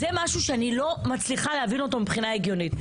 זה משהו שאני לא מצליחה להבין אותו מבחינה הגיונית.